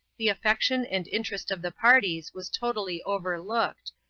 the affection and interest of the parties was totally overlooked,